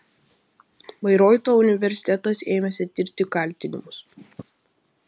bairoito universitetas ėmėsi tirti kaltinimus